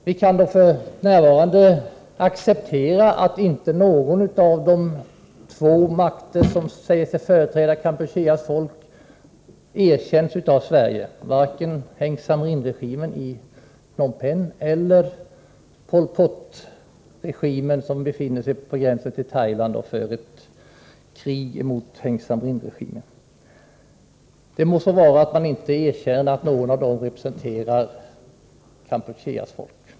Vi kan dock f.n. acceptera att inte någon av de två makter som säger sig företräda Kampucheas folk erkänns av Sverige, varken Heng Samrinregimen i Phnom Penh eller Pol Pot-regimen som befinner sig på gränsen till Thailand och för ett krig mot Heng Samrin-regimen. Det må så vara att man inte erkänner att någon av dem representerar Kampucheas folk.